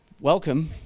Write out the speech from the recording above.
Welcome